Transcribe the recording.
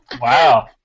wow